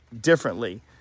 differently